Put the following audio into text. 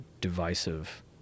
divisive